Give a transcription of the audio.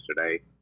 yesterday